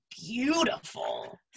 beautiful